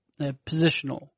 positional